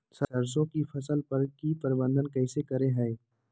सरसों की फसल पर की प्रबंधन कैसे करें हैय?